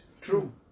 True